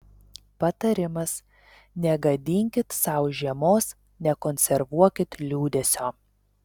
patarimas negadinkit sau žiemos nekonservuokit liūdesio